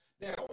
Now